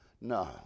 No